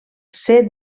ser